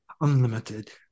unlimited